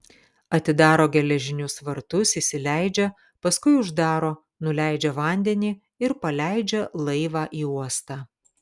atidaro geležinius vartus įsileidžia paskui uždaro nuleidžia vandenį ir paleidžia laivą į uostą